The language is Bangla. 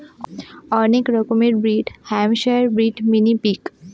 অনেক রকমের ব্রিড হ্যাম্পশায়ারব্রিড, মিনি পিগ